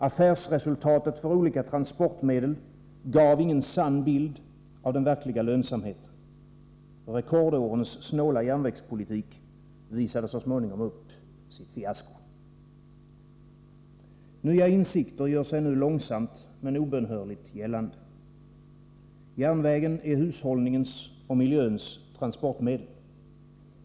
Affärsresultatet för olika transportmedel gav ingen sann bild av den verkliga lönsamheten. Rekordårens snåla järnvägspolitik visade så småningom upp sitt fiasko. Nya insikter gör sig nu långsamt men obönhörligt gällande. Järnvägen är hushållningens och miljöns transportmedel.